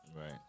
Right